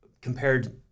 compared